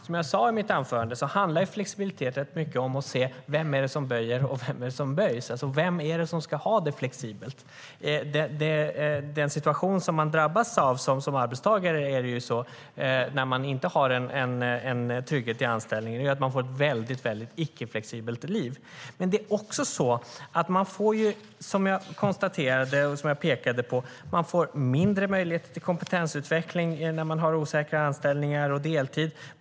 Som jag sade i mitt anförande handlar flexibilitet rätt mycket om att se vem det är som böjer och vem det är som böjs, alltså vem som ska ha det flexibelt. Den situation som man drabbas av som arbetstagare är att när man inte har en trygghet i anställningen får man ett väldigt icke-flexibelt liv. Men som jag har konstaterat och pekat på får man också mindre möjligheter till kompetensutveckling när man har osäkra anställningar och deltid.